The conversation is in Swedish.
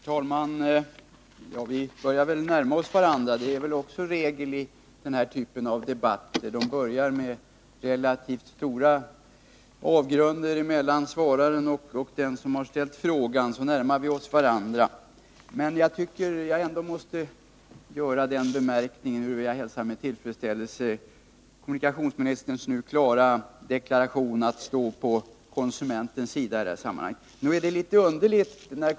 Herr talman! Vi börjar nu närma oss varandra, och det är väl också regel i den här typen av debatter. Det börjar med en avgrund mellan svararen och den som har ställt frågan, och så närmar vi oss varandra. Jag hälsar med tillfredsställelse kommunikationsministerns klara deklaration nu att han i detta sammanhang står på konsumentens sida.